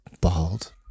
bald